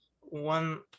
one